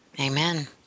Amen